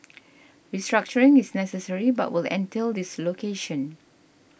restructuring is necessary but will entail dislocations